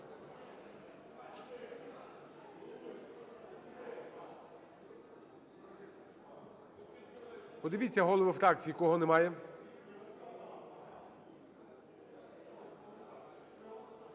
Подивіться, голови фракцій, кого немає.